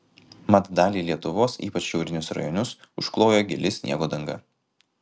mat dalį lietuvos ypač šiaurinius rajonus užklojo gili sniego danga